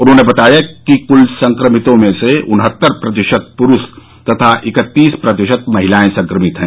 उन्होंने बताया कि क्ल संक्रमितों से उन्हत्तर प्रतिशत पुरूष तथा इकतीस प्रतिशत महिलाएं संक्रमित है